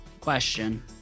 Question